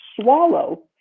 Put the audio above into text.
swallow